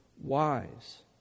wise